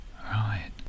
Right